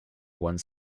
one